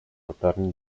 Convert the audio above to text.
latarni